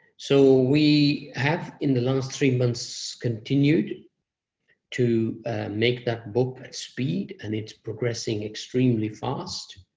so we have, in the last three months, continued to make that book at speed, and it's progressing extremely fast.